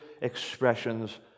expressions